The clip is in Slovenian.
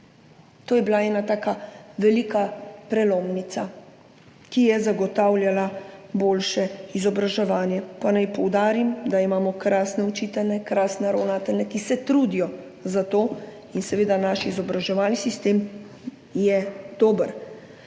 To je bila ena taka velika prelomnica, ki je zagotavljala boljše izobraževanje. Pa naj poudarim, da imamo krasne učitelje, krasne ravnatelje, ki se trudijo za to, in seveda je naš izobraževalni sistem dober.